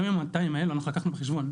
גם עם ה-200 מיליון האלו שאנחנו לקחנו בחשבון.